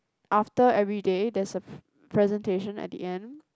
after everyday there's a presentation at the end